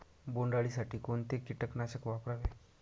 बोंडअळी साठी कोणते किटकनाशक वापरावे?